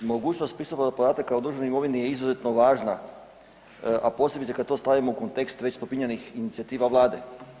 Mogućnost pristupa do podataka o državnoj imovini je izuzetno važna, a posebice kad to stavimo u kontekst već spominjanih inicijativa Vlade.